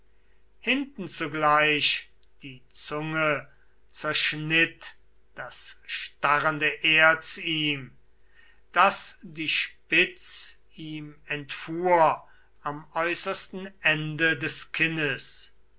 hinten zugleich die zunge zerschnitt das starrende erz ihm daß die spitz ihm entfuhr am äußersten ende des kinnes